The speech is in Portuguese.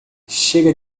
chega